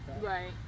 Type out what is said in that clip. Right